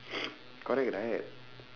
correct right